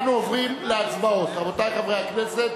אנחנו עוברים להצבעות, רבותי חברי הכנסת.